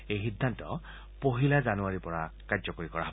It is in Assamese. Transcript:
এই সিদ্ধান্ত পহিলা জানুৱাৰীৰ পৰা কাৰ্যকৰী কৰা হব